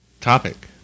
topic